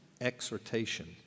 exhortation